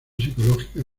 psicológica